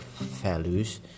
values